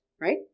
right